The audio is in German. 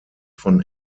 von